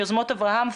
יוזמות אברהם,